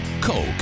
coke